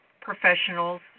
Professionals